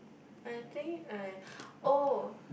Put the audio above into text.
I think I oh